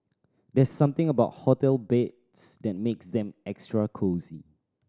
there's something about hotel beds that makes them extra cosy